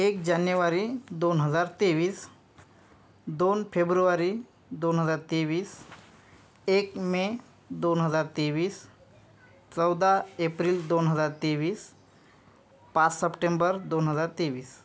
एक जानेवारी दोन हजार तेवीस दोन फेब्रुवारी दोन हजार तेवीस एक मे दोन हजार तेवीस चौदा एप्रिल दोन हजार तेवीस पाच सप्टेंबर दोन हजार तेवीस